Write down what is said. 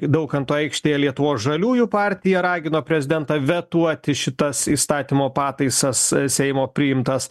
daukanto aikštėje lietuvos žaliųjų partija ragino prezidentą vetuoti šitas įstatymo pataisas seimo priimtas